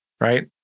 right